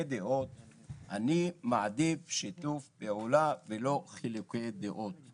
אני מעדיף שיתוף פעולה ולא חילוקי דעות,